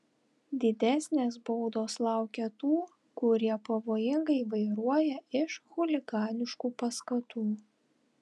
didesnės baudos laukia tų kurie pavojingai vairuoja iš chuliganiškų paskatų